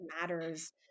matters